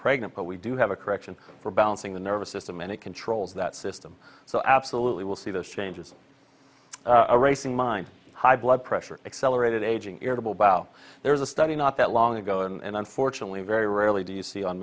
pregnant but we do have a correction for balancing the nervous system and it controls that system so absolutely will see those changes a racing mind high blood pressure accelerated aging arable bow there is a study not that long ago and unfortunately very rarely do you see on